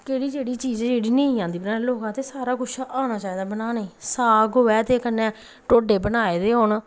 केह्ड़ी केह्ड़ी चीज ऐ जेह्ड़ी नेईं औंदी लोग आखदे सारा किश औना चाहिदा बनाने गी साग होऐ ते कन्नै ढोड्डे बना दे होन